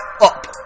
up